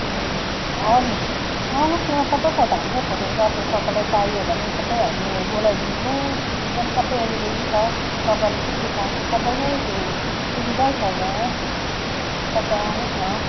ए हजुर आउनुहोस् न सबै छ त हाम्रो फोटोग्राफी तपाईँलाई चाहियो भने सबै हामी बोलाइदिन्छौँ एकदम सबै एबैलेबिल छ तपाईँलाई के के चाहिन्छ सबै नै त्यो सुविधै छ यहाँ तपाईँ आउनुहोस् न